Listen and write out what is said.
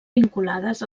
vinculades